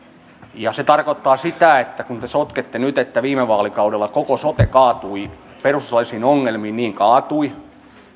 se tarkoittaa sitä että kun te sotkette nyt että viime vaalikaudella koko sote kaatui perustuslaillisiin ongelmiin niin kaatui